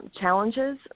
challenges